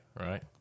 right